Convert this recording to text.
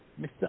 Mr